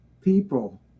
people